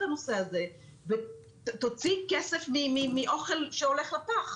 הנושא הזה ותוציא כסף מאוכל שהולך לפח.